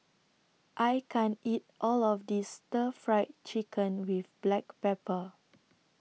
I can't eat All of This Stir Fried Chicken with Black Pepper